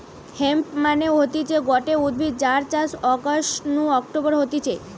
hemp মানে হতিছে গটে উদ্ভিদ যার চাষ অগাস্ট নু অক্টোবরে হতিছে